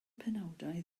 penawdau